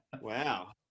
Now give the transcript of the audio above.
Wow